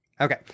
Okay